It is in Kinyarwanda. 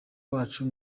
wacu